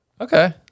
Okay